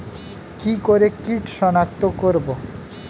কি করে কিট শনাক্ত করব?